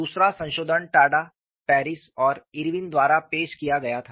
दूसरा संशोधन टाडा पेरिस और इरविन द्वारा पेश किया गया था